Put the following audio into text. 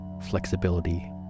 flexibility